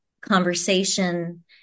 conversation